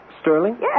Sterling